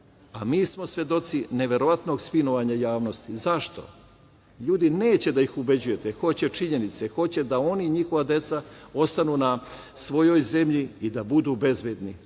a mi smo svedoci neverovatnog spinovanja javnosti. Zašto? Ljudi neće da ih ubeđujete, hoće činjenice, hoće da oni i njihova deca ostanu na svojoj zemlji i da budu bezbedni.